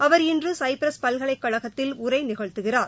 அவர் இன்றுசைபிரஸ் பல்கலைக்கழகத்தில் உரைநிகழ்த்துகிறார்